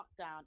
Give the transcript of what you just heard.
lockdown